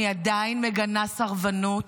אני עדיין מגנה סרבנות.